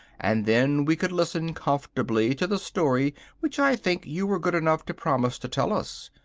and then we could listen comfortably to the story which i think you were good enough to promise to tell us,